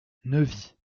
neuvy